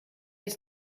ist